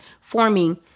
forming